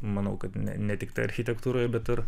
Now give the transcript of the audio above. manau kad ne tiktai architektūroje bet ir